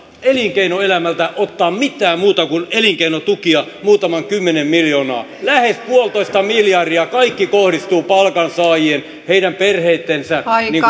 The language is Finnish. elinkeinoelämältä ottaa mitään muuta kuin elinkeinotukia muutama kymmenen miljoonaa kaikki lähes puolitoista miljardia kohdistuu palkansaajien heidän perheittensä